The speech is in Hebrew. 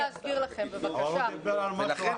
אבל הוא דיבר על משהו אחר.